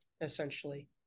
essentially